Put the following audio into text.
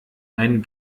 ein